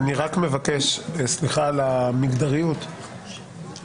אני מבקש לכתוב סליחה על המגדריות - היועץ.